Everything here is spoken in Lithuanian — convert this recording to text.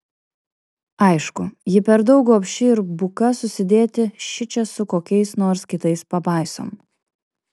aišku ji per daug gobši ir buka susidėti šičia su kokiais nors kitais pabaisom